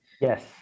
Yes